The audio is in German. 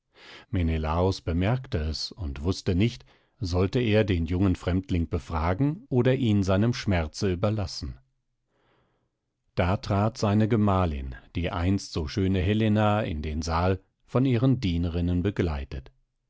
menelaos bemerkte es und wußte nicht sollte er den jungen fremdling befragen oder ihn seinem schmerze überlassen da trat seine gemahlin die einst so schöne helena in den saal von ihren dienerinnen begleitet